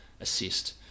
assist